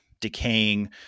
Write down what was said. decaying